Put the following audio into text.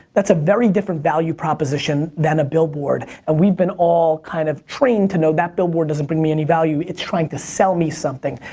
that's a very different value proposition than a billboard. and we've been all kind of trained to know that billboard doesn't bring me any value, it's trying to sell me something.